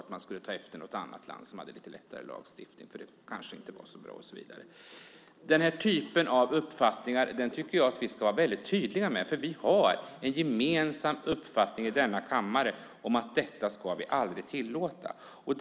Möjligen ville man ta efter något annat land som hade en lättare lagstiftning på området och tyckte att det kanske inte var så bra i Sverige. Vi ska vara väldigt tydliga med våra gemensamma uppfattningar. Vi har en gemensam uppfattning i denna kammare om att vi aldrig ska tillåta prostitution.